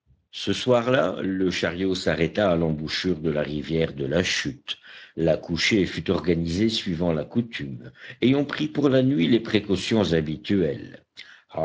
ce soir-là le chariot s'arrêta à l'embouchure de la rivière de la chute la couchée fut organisée suivant la coutume et on prit pour la nuit les précautions habituelles